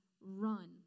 Run